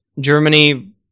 Germany